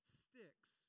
sticks